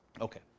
okay